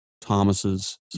Thomas's